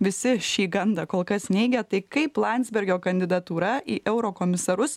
visi šį gandą kol kas neigia tai kaip landsbergio kandidatūra į eurokomisarus